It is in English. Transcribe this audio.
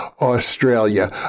Australia